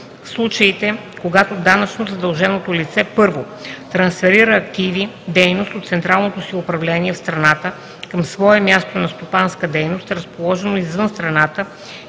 в случаите, когато данъчно задължено лице: 1. трансферира активи/дейност от централното си управление в страната към свое място на стопанска дейност, разположено извън страната